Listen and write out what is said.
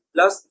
Plus